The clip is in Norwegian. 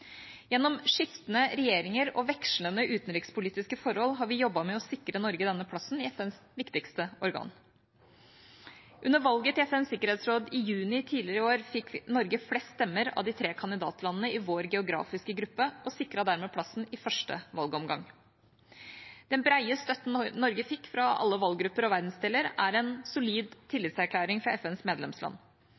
Gjennom skiftende regjeringer og vekslende utenrikspolitiske forhold har vi jobbet med å sikre Norge denne plassen i FNs viktigste organ. Under valget til FNs sikkerhetsråd i juni tidligere i år fikk Norge flest stemmer av de tre kandidatlandene i vår geografiske gruppe og sikret dermed plassen i første valgomgang. Den brede støtten Norge fikk fra alle valggrupper og verdensdeler, er en solid tillitserklæring fra FNs medlemsland.